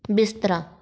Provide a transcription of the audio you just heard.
ਬਿਸਤਰਾ